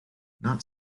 not